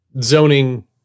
zoning